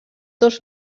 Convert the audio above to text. dos